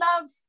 love